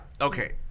Okay